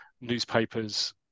newspapers